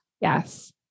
yes